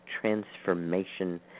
transformation